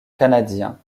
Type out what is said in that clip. canadiens